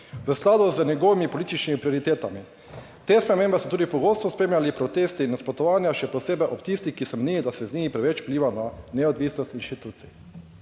v skladu z njegovimi političnimi prioritetami. Te spremembe so tudi pogosto spremljali protesti in nasprotovanja še posebej ob tistih, ki so menili, da se z njimi preveč vpliva na neodvisnost institucij.